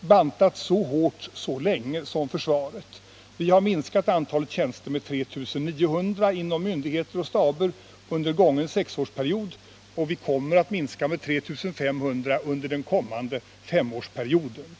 bantats så hårt så länge som försvaret. Vi har minskat antalet tjänster med 3 900 inom myndigheter och staber under gången sexårsperiod, och vi kommer att minska med 3 500 under den kommande femårsperioden.